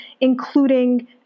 including